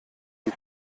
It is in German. die